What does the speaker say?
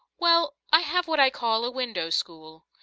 well, i have what i call a window-school.